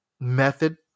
method